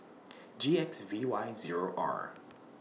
G X V Y Zero R